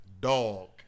Dog